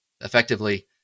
effectively